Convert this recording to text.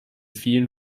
vielen